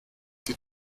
die